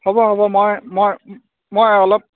হ'ব হ'ব মই মই মই অলপ